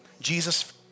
Jesus